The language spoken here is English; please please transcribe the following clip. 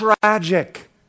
tragic